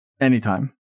anytime